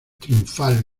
triunfal